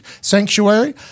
sanctuary